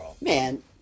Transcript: Man